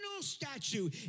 statue